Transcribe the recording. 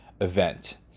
event